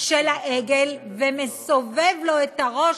של העגל ומסובב לו את הראש,